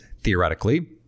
theoretically